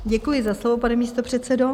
Děkuji za slovo, pane místopředsedo.